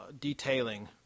detailing